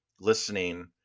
listening